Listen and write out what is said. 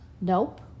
Nope